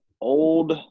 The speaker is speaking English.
old